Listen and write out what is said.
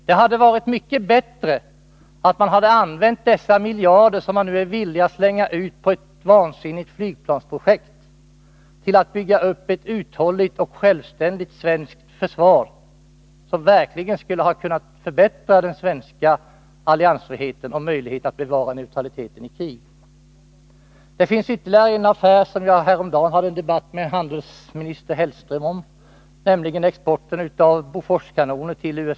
Det hade varit mycket bättre att använda dessa miljarder, som man nu är villig att slänga ut på ett vansinnigt flygplansprojekt, till att bygga upp ett uthålligt och självständigt svenskt försvar, som verkligen skulle ha kunnat förbättra den svenska alliansfriheten och möjligheterna att bevara neutraliteten i krig. Det finns ytterligare en affär, som jag häromdagen hade en debatt med handelsminister Hellström om, nämligen exporten av Boforskanoner till USA.